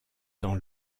dans